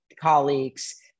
colleagues